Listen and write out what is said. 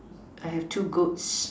I have two goats